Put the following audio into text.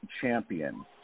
champion